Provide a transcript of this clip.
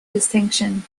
distinction